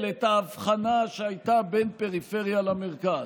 את ההבחנה שהייתה בין פריפריה למרכז,